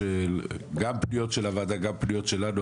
גם פניות של הוועדה וגם פניות שלנו.